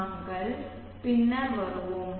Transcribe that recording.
நாங்கள் பின்னர் வருவோம்